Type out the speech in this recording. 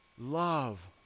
love